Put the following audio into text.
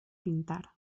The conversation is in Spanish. pintar